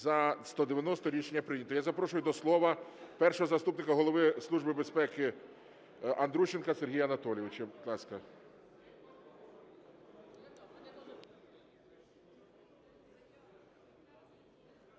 За-190 Рішення прийнято. Я запрошую до слова першого заступника Голови Служби безпеки Андрущенка Сергія Анатолійовича.